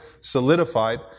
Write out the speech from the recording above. solidified